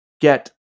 get